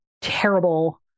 terrible